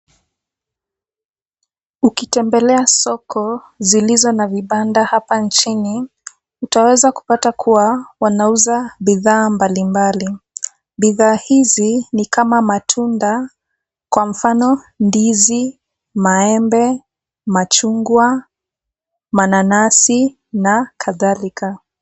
Ukitembelea soko zilizo na vibanda hapa nchini utaweza kutapata kuwa wanauza bidhaa mbalimbali. Bidhaa hizi ni kama matunda kwa mfano ndizi, maembe, machungwa, mananasi na kadhalika.